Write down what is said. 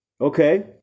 Okay